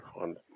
on